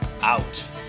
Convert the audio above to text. out